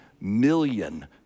million